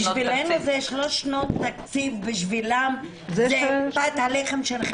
בשבילנו זה שלוש שנות תקציב, בשבילם זה פת הלחם.